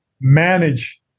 manage